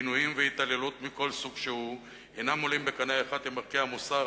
עינויים והתעללות מכל סוג שהוא אינם עולים בקנה אחד עם ערכי מוסר,